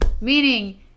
Meaning